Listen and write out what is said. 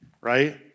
right